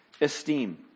esteem